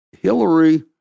Hillary